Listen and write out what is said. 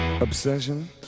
obsession